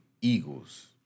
Eagles